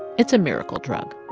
it's a miracle drug.